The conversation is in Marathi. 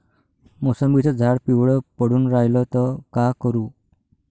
मोसंबीचं झाड पिवळं पडून रायलं त का करू?